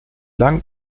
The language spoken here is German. lang